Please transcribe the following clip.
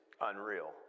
unreal